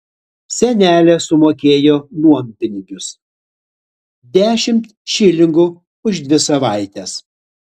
senelė sumokėjo nuompinigius dešimt šilingų už dvi savaites